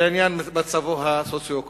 לפי מצבו הסוציו-אקונומי.